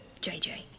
JJ